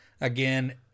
Again